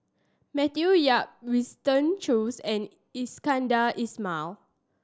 Matthew Yap Winston Choos and Iskandar Ismail